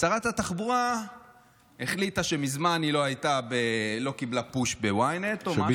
שרת התחבורה החליטה שמזמן היא לא קיבלה פוש ב-ynet או משהו.